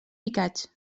picats